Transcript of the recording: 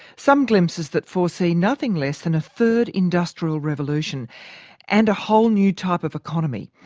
some glimpses that foresee nothing less than a third industrial revolution and a whole new type of economy,